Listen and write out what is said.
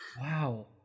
Wow